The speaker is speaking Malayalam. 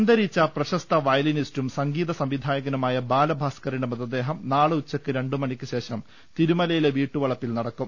അന്തരിച്ച പ്രശസ്ത വയലിനിസ്റ്റും സംഗീത സംവിധായകനുമായ ബാലഭാസ്കറിന്റെ മൃതദേഹം നാളെ ഉച്ചക്ക് രണ്ടുമണിക്ക് ശേഷം തിരുമലയിലെ വീട്ടുവളപ്പിൽ നട ക്കും